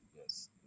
Yes